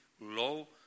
low